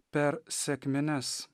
per sekmines